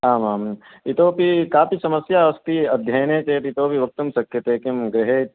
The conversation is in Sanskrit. आम् आम् इतोऽपि कापि समस्या अस्ति अध्ययने चेत् इतोऽपि वक्तुं शक्यते किं गृहे